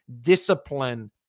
discipline